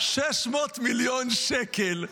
600 מיליון שקל -- 659.